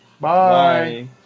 Bye